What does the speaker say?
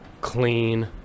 clean